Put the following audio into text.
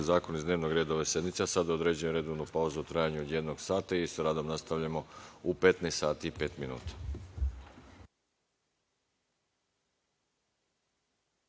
zakone iz dnevnog reda ove sednice. Sada određujem redovnu pauzu u trajanju od jednog sata. Sa radom nastavljamo u 15 sati i pet